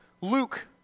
Luke